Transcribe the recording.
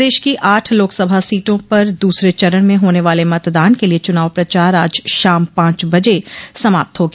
प्रदेश की आठ लोकसभा सीटों पर दूसरे चरण में होने वाले मतदान के लिये चुनाव प्रचार आज शाम पांच बजे समाप्त हो गया